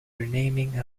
renaming